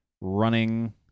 running